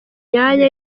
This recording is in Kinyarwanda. myanya